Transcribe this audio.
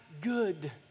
good